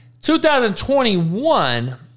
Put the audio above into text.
2021